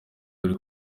kuri